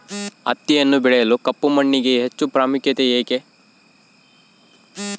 ಹತ್ತಿಯನ್ನು ಬೆಳೆಯಲು ಕಪ್ಪು ಮಣ್ಣಿಗೆ ಹೆಚ್ಚು ಪ್ರಾಮುಖ್ಯತೆ ಏಕೆ?